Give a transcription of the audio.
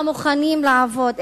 המוכנים לעבוד,